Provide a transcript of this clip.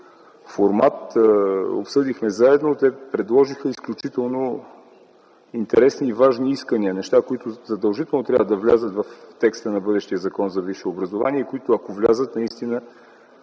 формат и те предложиха изключително интересни и важни искания – неща, които задължително трябва да влязат в текста на бъдещия Закон за висшето образование. Ако това стане, наистина